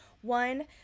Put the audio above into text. One